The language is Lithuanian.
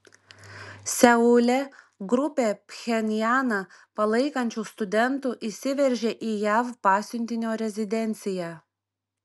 seule grupė pchenjaną palaikančių studentų įsiveržė į jav pasiuntinio rezidenciją